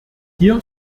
hier